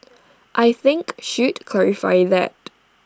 I think should clarify that